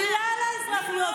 כלל האזרחיות,